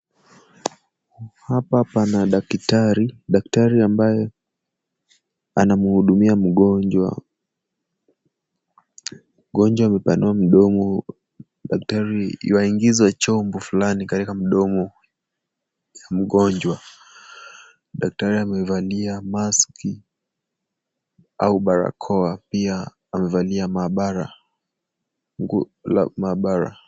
Hapa pana daktari. Daktari ambaye anamhudumia mgonjwa. Mgonjwa amepanua mdomo, daktari yuaingizwa chombo fulani katika mdomo wa mgonjwa. Daktari amevalia maski au barakoa. Pia amevalia maabara.